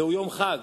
זהו יום חג,